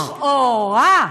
לכאורה,